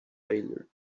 failure